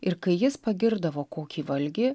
ir kai jis pagirdavo kokį valgį